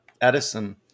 Edison